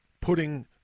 putting